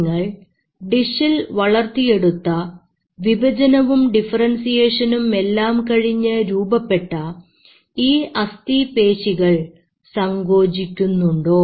നിങ്ങൾ ഡിഷിൽ വളർത്തിയെടുത്ത വിഭജനവും ഡിഫറെൻസിയേഷനും എല്ലാം കഴിഞ്ഞ് രൂപപ്പെട്ട ഈ അസ്ഥി പേശികൾ സങ്കോചിക്കുന്നുണ്ടോ